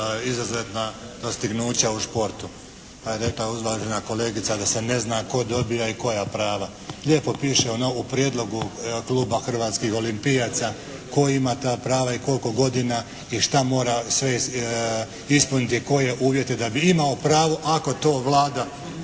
izuzetna dostignuća u sportu, pa je rekla uvažena kolegica da se ne zna tko dobija i koja prava. Lijepo piše u prijedlogu kluba hrvatskih olimpijaca tko ima ta prava i koliko godina i šta mora sve ispuniti, koje uvjete da bi imao pravo ako to Vlada